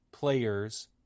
Players